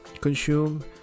consume